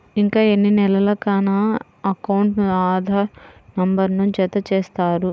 ఇంకా ఎన్ని నెలలక నా అకౌంట్కు ఆధార్ నంబర్ను జత చేస్తారు?